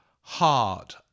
hard